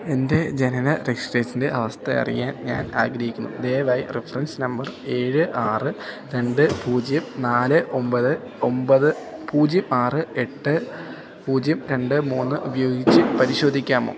എൻ്റെ ജനന രജിസ്ട്രേഷൻ്റെ അവസ്ഥ അറിയാൻ ഞാൻ ആഗ്രഹിക്കുന്നു ദയവായി റഫറൻസ് നമ്പർ ഏഴ് ആറ് രണ്ട് പൂജ്യം നാല് ഒൻപത് ഒൻപത് പൂജ്യം ആറ് എട്ട് പൂജ്യം രണ്ട് മൂന്ന് ഉപയോഗിച്ച് പരിശോധിക്കാമോ